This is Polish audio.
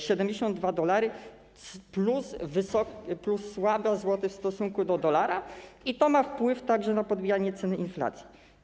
72 dolary plus słaby złoty w stosunku do dolara - to ma wpływ także na podbijanie ceny inflacji.